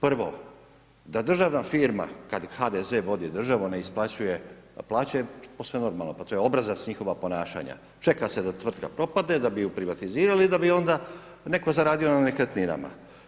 Prvo da državna firma kada HDZ vodi državu ne isplaćuje plaće posve je normalno, pa to je obrazac njihova ponašanja, čeka se da tvrtka propadne da bi ju privatizirali da bi onda netko zaradio nekretninama.